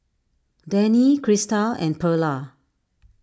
Danny Krysta and Perla